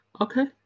Okay